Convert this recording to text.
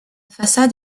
façade